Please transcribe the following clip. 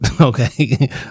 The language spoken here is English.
Okay